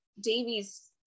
Davies